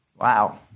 Wow